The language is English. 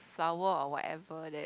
flower or whatever that